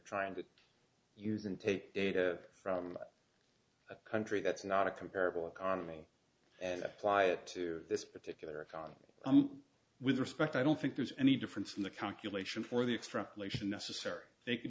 trying to use and take data from a country that's not a comparable economy and apply it to this particular economy with respect i don't think there's any difference in the calculation for the extra relation necessary they could